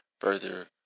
further